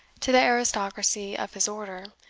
to the aristocracy of his order,